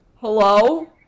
Hello